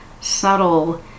subtle